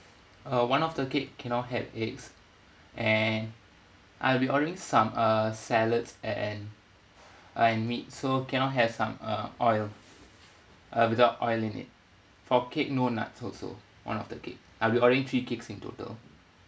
uh one of the cake cannot have eggs and I'll be ordering some uh salads and and meat so cannot have some uh oil uh without oil in it for cake no nuts also one of the cake I'll be ordering three cakes in total